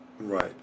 Right